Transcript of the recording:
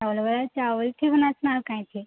ଚାଉଲ୍ ବରା ଚାଉଲ୍ ଥିବ ନା